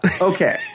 Okay